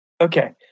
Okay